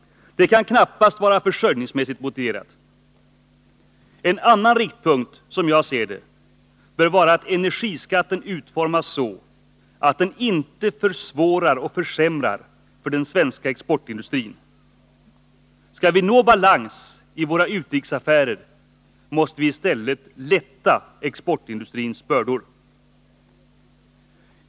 Det kan knappast vara försörjningsmässigt motiverat. En annan riktpunkt, som jag ser det, bör vara att energiskatten utformas så, att den inte försvårar och försämrar för den svenska exportindustrin. Skall vi nå balans i våra utrikesaffärer måste vi i stället lätta exportindustrins bördor.